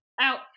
out